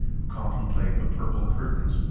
who contemplate the purple curtains,